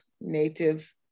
native